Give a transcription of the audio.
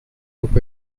took